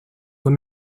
let